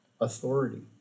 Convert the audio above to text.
Authority